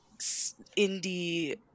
indie